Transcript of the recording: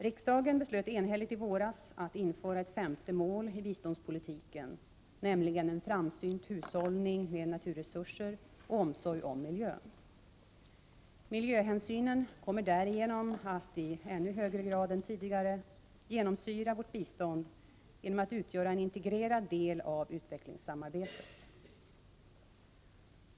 Riksdagen beslöt enhälligt i våras att införa ett femte mål i biståndspolitiken, nämligen en framsynt hushållning med naturresurser och omsorg om miljön. Miljöhänsynen kommer därigenom att i ännu högre grad än tidigare genomsyra vårt bistånd genom att utgöra en integrerad del av utvecklingssamarbetet.